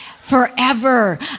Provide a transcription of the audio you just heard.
forever